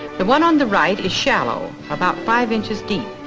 the one on the right is shallow, about five inches deep.